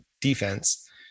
defense